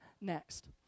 next